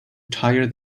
tiger